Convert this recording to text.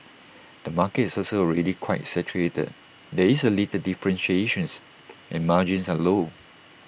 the market is also already quite saturated there is A little differentiation's and margins are low